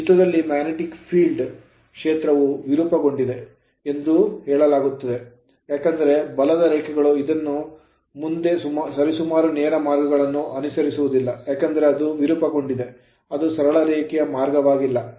ಚಿತ್ರದಲ್ಲಿನ magnetic field ಕಾಂತೀಯ ಕ್ಷೇತ್ರವು ವಿರೂಪಗೊಂಡಿದೆ ಎಂದು ಹೇಳಲಾಗುತ್ತದೆ ಏಕೆಂದರೆ ಬಲದ ರೇಖೆಗಳು ಇನ್ನು ಮುಂದೆ ಸರಿಸುಮಾರು ನೇರ ಮಾರ್ಗಗಳನ್ನು ಅನುಸರಿಸುವುದಿಲ್ಲ ಏಕೆಂದರೆ ಅದು ವಿರೂಪಗೊಂಡಿದೆ ಅದು ಸರಳ ರೇಖೆಯ ಮಾರ್ಗವಾಗಿಲ್ಲ